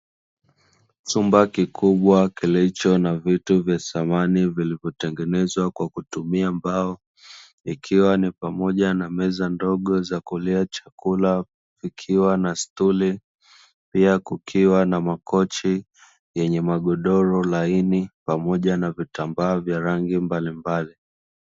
Chumba kikubwa kilicho na vitu vya samani vilivyotengenezwa kwa kutumia mbao, ikiwa ni pamoja na meza ndogo za kulia chakula; ikiwa na stuli, pia kukiwa na makochi yenye magodoro laini pamoja na vitambaa vya rangi mbalimbali.